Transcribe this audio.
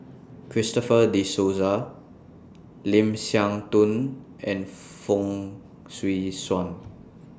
Christopher De Souza Lim Siah Tong and Fong Swee Suan